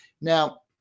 Now